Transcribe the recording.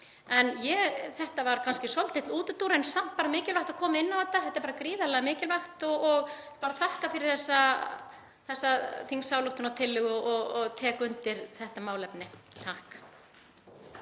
Þetta var kannski svolítill útúrdúr en samt mikilvægt að koma inn á þetta. Þetta er bara gríðarlega mikilvægt og ég þakka fyrir þessa þingsályktunartillögu og tek undir þetta málefni.